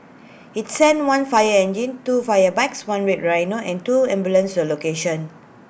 IT sent one fire engine two fire bikes one red rhino and two ambulances to the location